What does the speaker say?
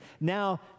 Now